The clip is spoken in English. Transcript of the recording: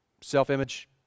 self-image